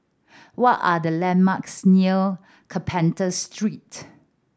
what are the landmarks near Carpenter Street